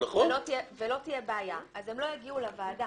הם לא יגיעו לוועדה.